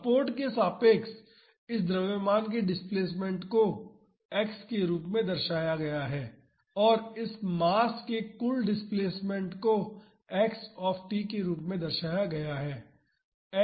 support के सापेक्ष इस द्रव्यमान के डिस्प्लेसमेंट को X के रूप में दर्शाया गया है और इस मास के कुल डिस्प्लेसमेंट को X के रूप में दर्शाया गया है